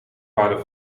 waren